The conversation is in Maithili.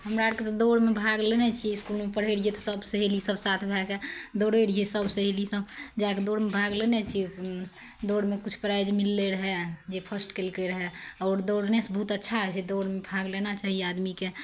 हमरा अरके तऽ दौड़मे भाग लेने छियै इसकुलमे पढ़य रहियै तऽ सब सहेली सब साथ भए कए दौड़य रहियै सब सहेली सब जाके दौड़मे भाग लेने छियै दौड़मे किछु प्राइज मिललइ रहय जे फर्स्ट कयलकइ रहय आओर दौड़नेसँ बहुत अच्छा होइ छै दौड़मे भाग लेना चाही आदमीके